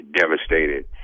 devastated